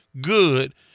good